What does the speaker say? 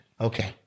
Okay